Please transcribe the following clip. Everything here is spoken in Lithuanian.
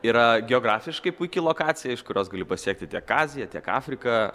yra geografiškai puiki lokacija iš kurios gali pasiekti tiek aziją tiek afriką